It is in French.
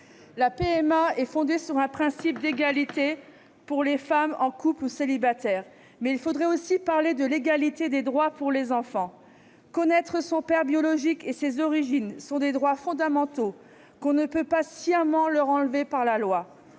La PMA est fondée sur un principe d'égalité pour les femmes en couple ou célibataires, mais il faudrait aussi parler de l'égalité des droits pour les enfants. Connaître son père biologique et ses origines est un droit fondamental qu'on ne peut pas sciemment leur enlever par la loi.